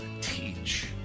teach